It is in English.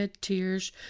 tears